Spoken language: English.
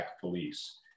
police